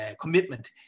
commitment